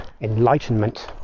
enlightenment